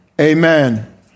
Amen